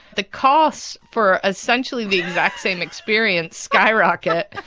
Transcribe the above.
the costs for, essentially, the exact same experience skyrocket.